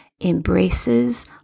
embraces